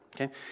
Okay